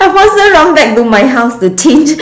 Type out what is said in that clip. I faster run back to my house to change